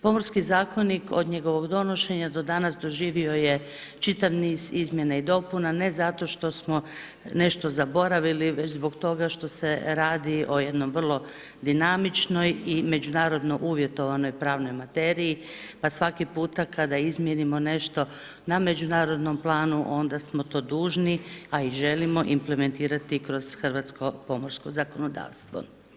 Pomorski zakonik od njegovog donošenja do danas doživio je čitav niz izmjena i dopuna ne zato što smo nešto zaboravili već zbog toga što se radi o jednoj vrlo dinamičnoj i međunarodno uvjetovanoj pravnoj materiji, pa svaki puta kada izmijenimo nešto na međunarodnom planu onda smo to dužni a i želimo implementirati kroz hrvatsko pomorsko zakonodavstvo.